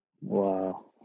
Wow